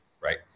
Right